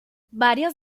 varios